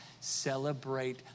celebrate